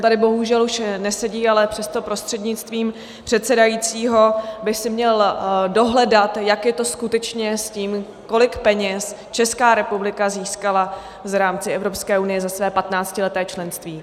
On tady bohužel už nesedí, ale přesto prostřednictvím předsedajícího by si měl dohledat, jak je to skutečně s tím, kolik peněz Česká republika získala v rámci Evropské unie za své patnáctileté členství.